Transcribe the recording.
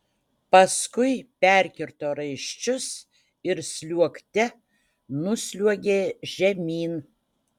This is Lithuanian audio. paskui perkirto raiščius ir sliuogte nusliuogė žemyn